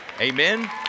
Amen